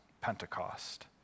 Pentecost